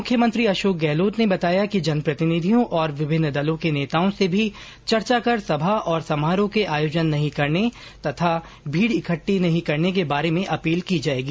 मुख्यमंत्री अशोक गहलोत ने बताया कि जनप्रतिनिधियों और विभिन्न दलों के नेताओं से भी चर्चा कर सभा और समारोह के आयोजन नहीं करने तथा भीड इकट्ठी नहीं करने के बारे में अपील की जायेगी